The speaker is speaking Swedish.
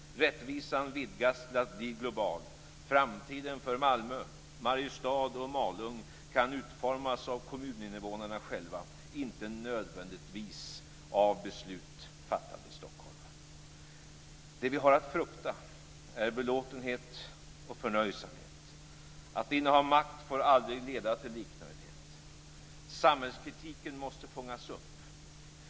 Rättvisan vidgas till att bli global. Framtiden för Malmö, Mariestad och Malung kan utformas av kommuninnevånarna själva, inte nödvändigtvis av beslut fattade i Det som vi har att frukta är belåtenhet och förnöjsamhet. Att inneha makt får aldrig leda till liknöjdhet. Samhällskritiken måste fångas upp.